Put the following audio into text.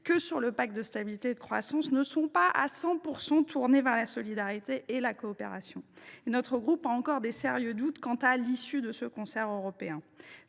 que sur le pacte de stabilité et de croissance ne sont pas à 100 % tournées vers la solidarité et la coopération. Notre groupe a encore des doutes sérieux quant à l’issue de ce concert européen.